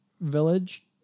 village